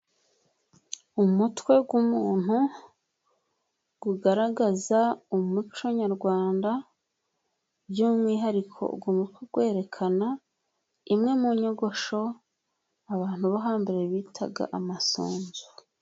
Umutwe w'umuntu ugaragaza umuco nyarwanda by'umwihariko kwerekana imwe mu nyogosho abantu bo hambere bitaga amasunzu.